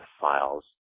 files